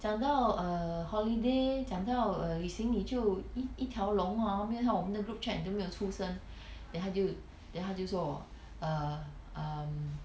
讲到 err holiday 讲到 err 旅行你就一一条龙 hor 没有在我们的 group chat 都没有出声 then 她就 then 她就说我 um um